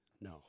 No